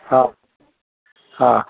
हा हा